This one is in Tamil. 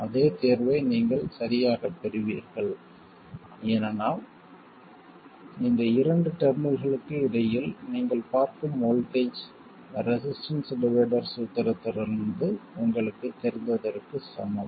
அதே தீர்வை நீங்கள் சரியாகப் பெறுவீர்கள் ஏனென்றால் இந்த இரண்டு டெர்மினல்களுக்கு இடையில் நீங்கள் பார்க்கும் வோல்ட்டேஜ் ரெசிஸ்டன்ஸ் டிவைடர் சூத்திரத்திலிருந்து உங்களுக்குத் தெரிந்ததற்கு சமம்